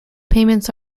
payments